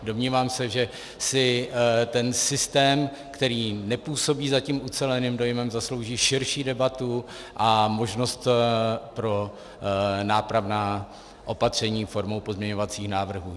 Domnívám se, že si ten systém, který nepůsobí zatím uceleným dojmem, zaslouží širší debatu a možnost pro nápravná opatření formou pozměňovacího návrhu.